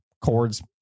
chords